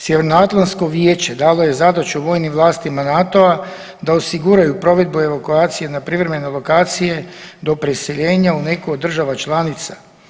Sjevernoatlantsko vijeće dalo je zadaću vojnim vlastima NATO-a da osiguraju provedbu evakuacije na privremene lokacije do preseljenja u neku od država članica.